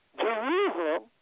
Jerusalem